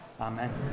Amen